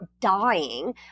dying